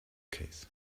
case